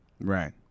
Right